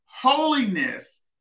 Holiness